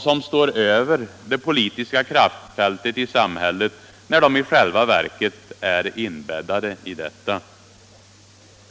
som står över det politiska kraftfältet i samhället, när de i själva verket är inbäddade i detta.